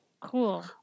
Cool